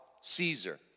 Caesar